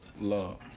love